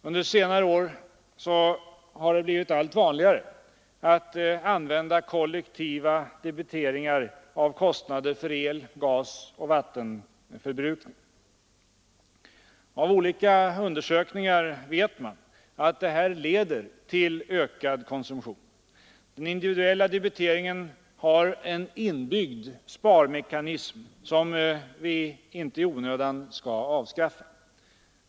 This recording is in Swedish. Under senare år har det blivit allt vanligare med en kollektiv debitering av kostnader för el-, gasoch vattenförbrukning. Från olika undersökningar vet man att detta leder till ökad konsumtion. Den individuella debiteringen har en inbyggd sparmekanism som vi inte i onödan skall avskaffa.